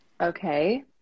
Okay